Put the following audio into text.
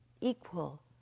equal